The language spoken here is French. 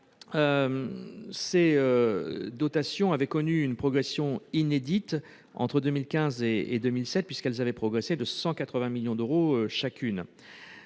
ces dotations avaient connu une progression inédite entre 2015 et 2017, puisqu'elles avaient progressé de 180 millions d'euros chacune.